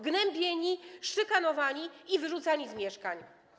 Gnębieni, szykanowani i wyrzucani z mieszkań.